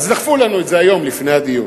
אז דחפו לנו את זה היום לפני הדיון.